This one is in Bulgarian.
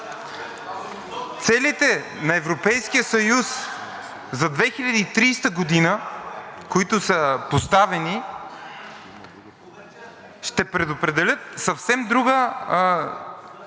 Целите на Европейския съюз за 2030 г., които са поставени, ще предопределят съвсем друга